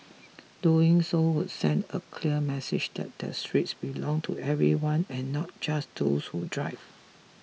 doing so would send a clear message that the streets belong to everyone and not just those who drive